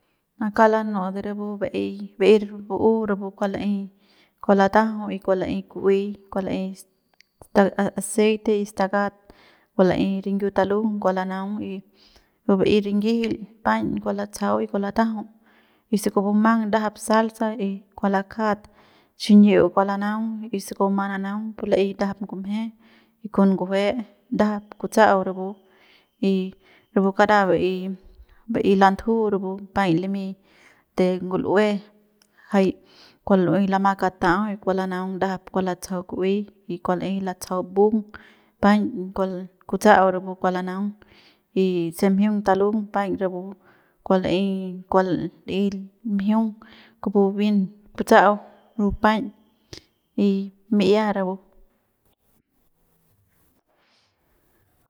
A kauk lanu'u de rapu ba'ey ba'ey bu'u rapu kua la'ey kua latajau y kua la'ey ku'uey y kua la'ey sta a aceite y stakat kua la'ey rinyou talung kua lanaung y ba'ey rinyijil paiñ kua latsajau y kua latajau y se kua bumang ndajap salsa y kua lakjat xiñi'iu kua lanaung y se kua bumang nanaung la'ey ndajap ngumje y con ngujue ndajap kutsa'au rapu y rapu kara ba'ey ba'ey lantju rapu paiñ limy de ngul'ue jay kua la'ey lama katau y kua lanaung ndajap kua latsajau ku'uey y kua la'ey latsajau mbung paiñ kutsa'au rapu kua lanaung y se mjiung talung paiñ rapu kua la'ey kua la'ey mjiung kupu bien kutsa'au rapu paiñ y mi'ia rapu.